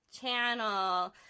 channel